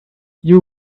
you